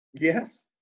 Yes